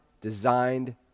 designed